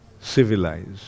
civilized